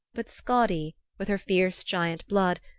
but skadi, with her fierce giant blood,